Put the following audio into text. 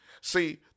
See